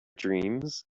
dreams